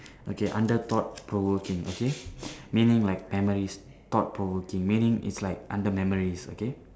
okay under thought provoking okay meaning like memories thought provoking meaning is like under memories okay